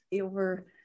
over